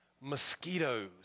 Mosquitoes